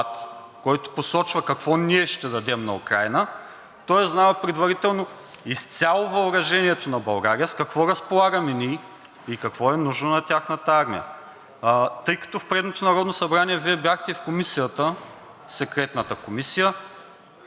който посочва какво ние ще дадем на Украйна, той е знаел предварително изцяло въоръжението на България, с какво разполагаме ние и какво е нужно на тяхната армия? Тъй като в предното Народно събрание Вие бяхте и в Секретната комисия,